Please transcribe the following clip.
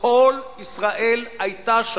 כל ישראל היתה.